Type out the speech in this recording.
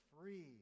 free